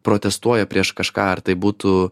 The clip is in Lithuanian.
protestuoja prieš kažką ar tai būtų